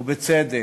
ובצדק.